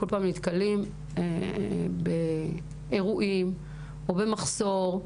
נתקלים באירועים של מחסור,